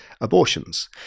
abortions